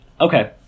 Okay